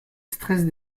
stress